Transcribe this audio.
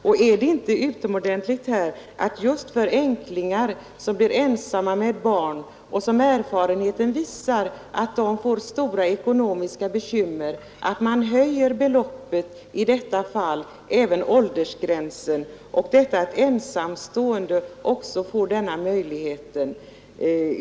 Och är det inte betydelsefullt att man höjer beloppet och även åldersgränsen när det gäller barn till personer som blir änklingar och personer som ställs ensamma med barn — erfarenheten visar att de får stora ekonomiska bekymmer?